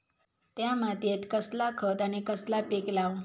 त्या मात्येत कसला खत आणि कसला पीक लाव?